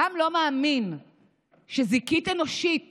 העם לא מאמין שזיקית אנושית